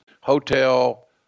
hotel